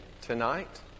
tonight